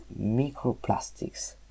microplastics